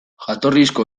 jatorrizko